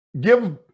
give